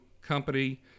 company